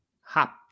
hop